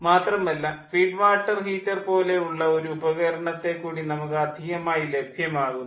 മാത്രമല്ല feed water heater പോലെ ഉള്ള ഒരു ഉപകരണത്തെ കൂടി നമുക്ക് അധികമായി ലഭ്യമാകുന്നു